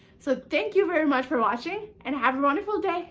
so, thank you very much for watching, and have a wonderful day!